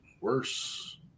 worse